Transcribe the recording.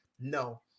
no